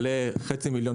או לחצי מיליון